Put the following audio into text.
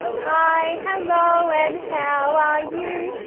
hi, hello and how are you?